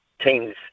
teams